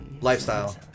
lifestyle